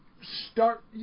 start